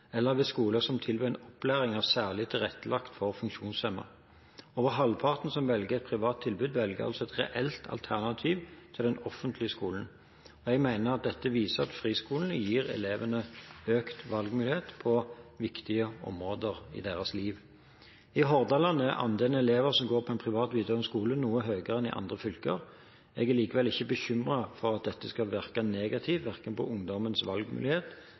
eller ved skoler som tilbyr opplæring særlig tilrettelagt for funksjonshemmede. Over halvparten som velger et privat tilbud, velger altså et reelt alternativ til den offentlige skolen. Jeg mener dette viser at friskolene gir elevene økte valgmuligheter på viktige områder i deres liv. I Hordaland er andelen elever som går på en privat videregående skole, noe høyere enn i andre fylker. Jeg er likevel ikke bekymret for at dette skal virke negativt på ungdommens